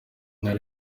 ntara